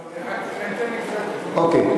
אוקיי.